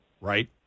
Right